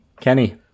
Kenny